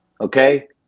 Okay